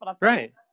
Right